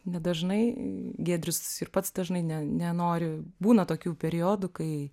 nedažnai giedrius ir pats dažnai ne nenori būna tokių periodų kai